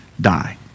die